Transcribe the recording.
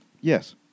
Yes